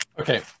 Okay